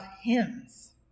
hymns